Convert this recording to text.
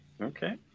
Okay